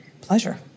pleasure